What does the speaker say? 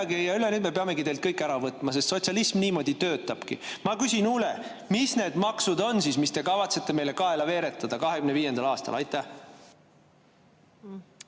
üle, me peamegi teilt kõik ära võtma, sest sotsialism niimoodi töötabki. Ma küsin üle, mis need maksud on, mis te kavatsete meile kaela veeretada 2025. aastal. Aitäh!